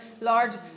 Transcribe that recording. Lord